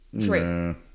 True